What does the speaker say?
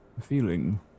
feeling